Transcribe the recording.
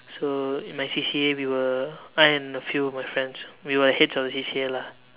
so in my C_C_A we were I and a few of my friends we were heads of the C_C_A lah